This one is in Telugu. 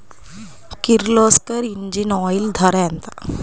కిర్లోస్కర్ ఇంజిన్ ఆయిల్ ధర ఎంత?